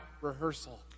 rehearsal